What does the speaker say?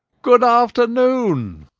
good afternoon!